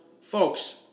folks